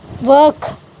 Work